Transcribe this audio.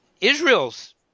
Israel's